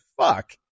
fuck